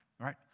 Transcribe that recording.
right